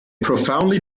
profoundly